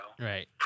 right